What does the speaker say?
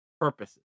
purposes